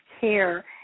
Care